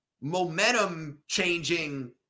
momentum-changing